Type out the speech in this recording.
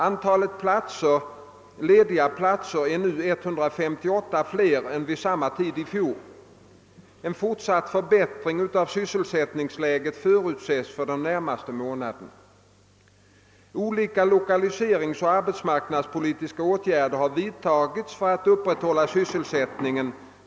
Antalet lediga platser är nu 158 fler än vid samma tid i fjol. En fortsatt förbättring av sysselsättningsläget förutses för de närmaste månaderna. Olika lokaliseringsoch arbetsmarknadspolitiska åtgärder har vidtagits för att upprätthålla sysselsättningen.